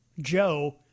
Joe